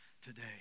today